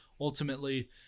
ultimately